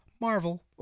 Marvel